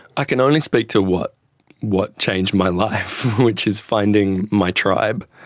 i can only speak to what what changed my life, which is finding my tribe.